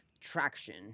traction